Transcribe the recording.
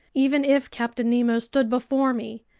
even if captain nemo stood before me.